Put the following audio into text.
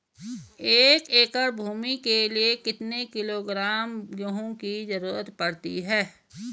एक एकड़ भूमि के लिए कितने किलोग्राम गेहूँ की जरूरत पड़ती है?